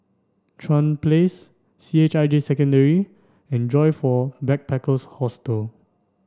Chuan Place C H I J Secondary and Joyfor Backpackers Hostel